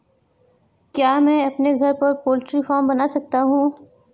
क्या मैं अपने घर पर पोल्ट्री फार्म बना सकता हूँ?